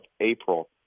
April